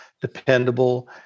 dependable